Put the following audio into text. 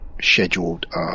scheduled